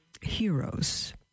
heroes